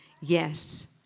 yes